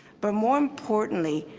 but more importantly,